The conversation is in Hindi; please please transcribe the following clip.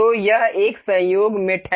तो यह एक संयोग मेट है